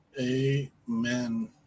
Amen